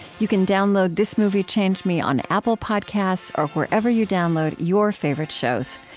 you can download this movie changed me on apple podcasts or wherever you download your favorite shows.